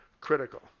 critical